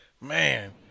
man